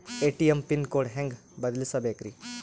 ATM pin code ಹೆಂಗ್ ಬದಲ್ಸ್ಬೇಕ್ರಿ?